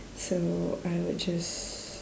so I would just